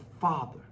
father